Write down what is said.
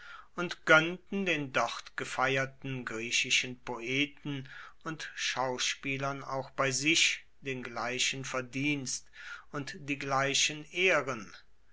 und gönnten den dort gefeierten griechischen poeten und schauspielern auch bei sich den gleichen verdienst und die gleichen ehren